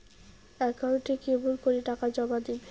একাউন্টে কেমন করি টাকা জমা দিম?